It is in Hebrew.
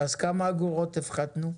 כמה אגורות הפחתנו?